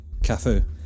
Cafu